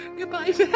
Goodbye